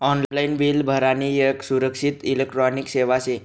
online bill भरानी येक सुरक्षित इलेक्ट्रॉनिक सेवा शे